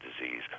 disease